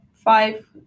five